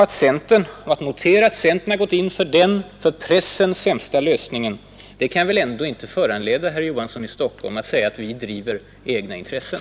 Att notera att centern gått in för den för pressen sämsta lösningen bör väl ändå inte föranleda herr Olof Johansson i Stockholm att säga att vi driver egna intressen.